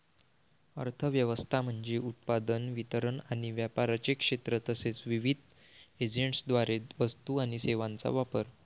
अर्थ व्यवस्था म्हणजे उत्पादन, वितरण आणि व्यापाराचे क्षेत्र तसेच विविध एजंट्सद्वारे वस्तू आणि सेवांचा वापर